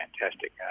fantastic